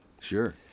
Sure